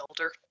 older